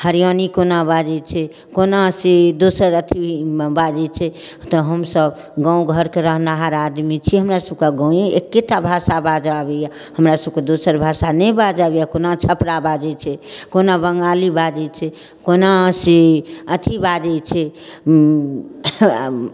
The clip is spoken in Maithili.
हरियाणवी कोना बाजैत छै कोना से दोसर अथीमे बाजैत छै तऽ हमसब गाँव घरके रहनिहार आदमी छी हमरा सबके गाँवे एकेटा भाषा बाजऽ आबैया हमरा सबके दोसर भाषा नहि बाजऽ अबैया कोना छपरा बाजैत छै कोना बंगाली बाजैत छै कोना से अथी बाजैत छै